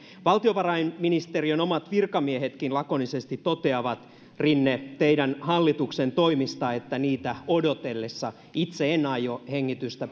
valtiovarainministeriön omat virkamiehetkin lakonisesti toteavat rinne teidän hallituksenne toimista että niitä odotellessa itse en aio hengitystä